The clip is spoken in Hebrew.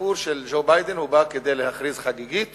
הסיפור של ג'ו ביידן בא כדי להכריז חגיגית